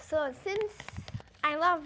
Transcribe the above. so since i love